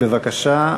בבקשה,